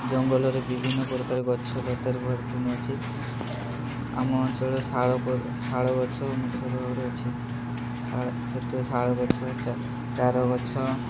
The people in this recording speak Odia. ଜଙ୍ଗଲରେ ବିଭିନ୍ନ ପ୍ରକାର ଗଛ ଲତାରେ ପରିପୂର୍ଣ୍ଣ ଅଛି ଆମ ଅଞ୍ଚଳରେ ଶାଳ ଶାଳ ଗଛ ମୁଖ୍ୟତଃ ଭାବରେ ଅଛି ଶାଳ ସେଥିରେ ଶାଳ ଗଛ ଚାର ଗଛ